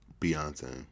Beyonce